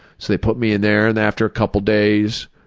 so they put me in there and after a couple days